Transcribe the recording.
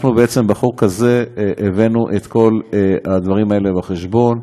אנחנו בעצם בחוק הזה הבאנו את כל הדברים האלה בחשבון,